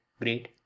great